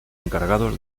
encargados